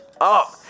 up